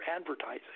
advertising